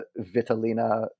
Vitalina